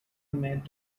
met